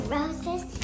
Roses